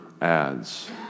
adds